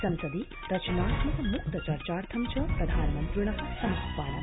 संसदि रचनात्मक मुक्त चर्चार्थ च प्रधानमन्त्रिण समाहवानम्